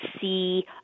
see